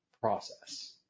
process